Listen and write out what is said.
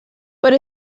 but